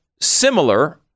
similar